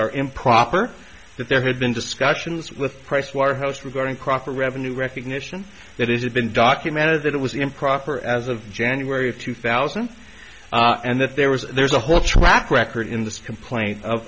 are improper that there had been discussions with pricewaterhouse regarding proper revenue recognition that is had been documented that it was improper as of january of two thousand and that there was there's a whole track record in this complaint of